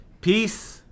Peace